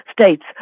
states